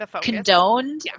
condoned